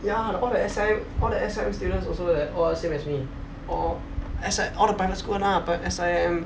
ya all the S_I_M all the S_I_M students also like that all the same as me all S~ all the private school [one] ah pr~ S_I_M